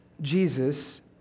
Jesus